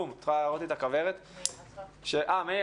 מאיר